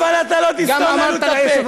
נא לרדת.